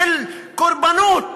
של קורבנות,